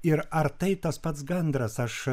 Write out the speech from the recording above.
ir ar tai tas pats gandras aš